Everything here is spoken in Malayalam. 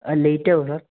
ആ ലേയ്റ്റാകുമോ സാർ